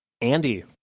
Andy